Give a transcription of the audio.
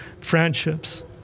friendships